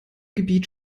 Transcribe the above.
gebiet